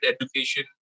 education